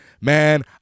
man